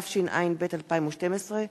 התשע”ב 2012,